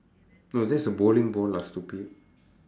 no that is the bowling ball lah stupid